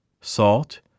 salt